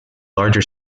larger